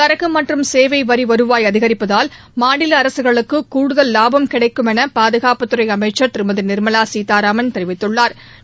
சரக்கு மற்றும் சேவை வரி வருவாய் அதிகரிப்பதால் மாநில அரசுகளுக்கு கூடுதல் லாபம் கிடைக்கும் என பாதுகாப்புத் துறை அமைச்சா் திருமதி நிா்மலா சீதாராமன் தெரிவித்துள்ளாா்